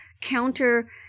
counter